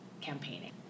campaigning